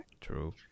True